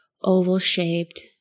oval-shaped